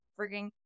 frigging